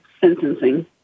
sentencing